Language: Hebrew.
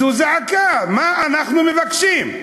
זו זעקה, מה אנחנו מבקשים?